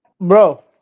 Bro